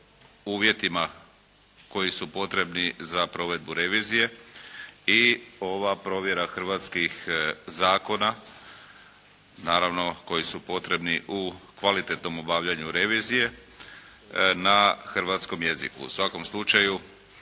uvjetima koji su potrebni za provedbu revizije i ova provjera hrvatskih zakona naravno koji su potrebni u kvalitetnom obavljanju revizije na hrvatskom jeziku. U svakom slučaju